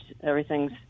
Everything's